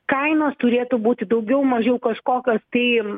kainos turėtų būti daugiau mažiau kažkokios tai